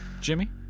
Jimmy